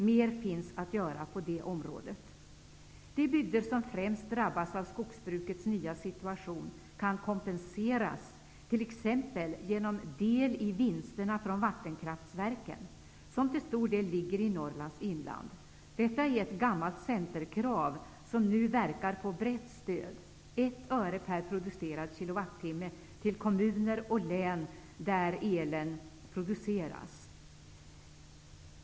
Det finns mer att göra på det området. De bygder som främst drabbas av skogsbrukets nya situation kan kompenseras t.ex. genom del i vinsterna från vattenkraftverken, som till stor del ligger i Norrlands inland. Detta är ett gammalt centerkrav som nu verkar få brett stöd, dvs. ett öre per producerad kilowattimme till kommuner och län där el produeras.